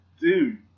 dude